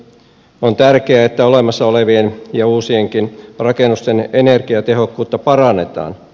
on tärkeää että olemassa olevien ja uusienkin rakennusten energiatehokkuutta parannetaan